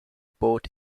boat